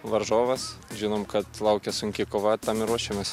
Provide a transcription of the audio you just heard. varžovas žinom kad laukia sunki kova tam ir ruošiamės